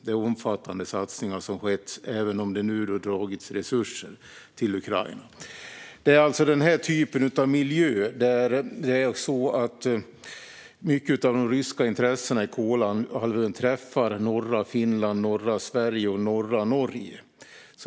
Det är omfattande satsningar som har skett, även om det nu dragits resurser till Ukraina. Detta är alltså en miljö där mycket av de ryska intressena i Kolahalvön träffar norra Finland, norra Sverige och norra Norge.